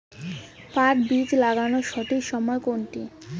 পাট বীজ লাগানোর সঠিক সময় কোনটা?